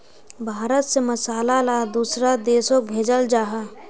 भारत से मसाला ला दुसरा देशोक भेजल जहा